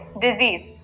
disease